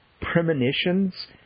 premonitions